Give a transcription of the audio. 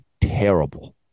terrible